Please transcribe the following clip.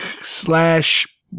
slash